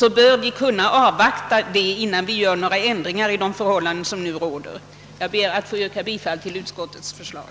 har utskottet ansett att vi bör avvakta detta innan vi vidtar några ändringar i de förhållanden som nu råder. Jag ber att få yrka bifall till utskottets förslag.